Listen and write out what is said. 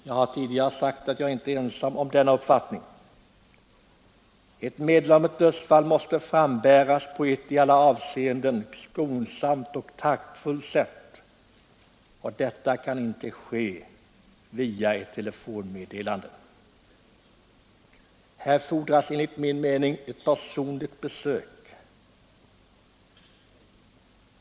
Jag har tidigare sagt att jag inte är ensam om denna uppfattning. Ett meddelande om dödsfall måste frambäras på ett i alla avseenden skonsamt och taktfullt sätt. Så kan inte ske via ett telefonmeddelande. Här fordras enligt min mening ett personligt besök.